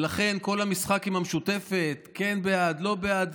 ולכן כל המשחק עם המשותפת, כן בעד, לא בעד,